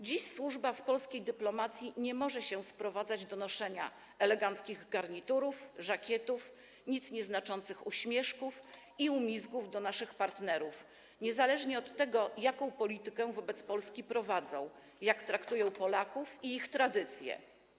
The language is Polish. Dziś służba w polskiej dyplomacji nie może się sprowadzać do noszenia eleganckich garniturów, żakietów, nic nieznaczących uśmieszków i umizgów do naszych partnerów, niezależnie od tego, jaką politykę wobec Polski prowadzą, jak traktują Polaków i ich tradycje.